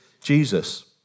Jesus